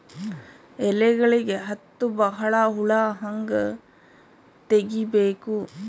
ಎಲೆಗಳಿಗೆ ಹತ್ತೋ ಬಹಳ ಹುಳ ಹಂಗ ತೆಗೀಬೆಕು?